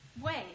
Wait